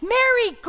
Mary